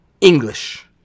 English